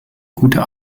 gute